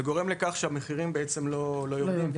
זה גורם לכך שהמחירים לא יורדים.